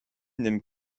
n’aime